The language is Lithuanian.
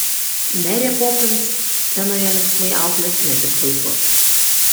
merė popins scenoje linksmai auklės ne tik vaikus